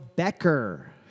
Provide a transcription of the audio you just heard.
Becker